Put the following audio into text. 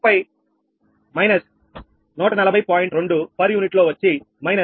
2పర్ unit లో వచ్చి −1